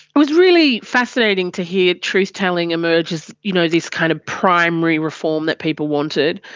it was really fascinating to hear truth telling emerge as, you know, this kind of primary reform that people wanted.